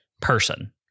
person